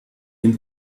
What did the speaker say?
den